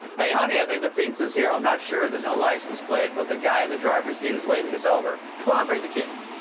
hey, honey, i think the pizza's here. i'm not sure. there's no license plate. but the guy in the drivers seat is waving us over. c'mon! bring the kids!